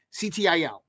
CTIL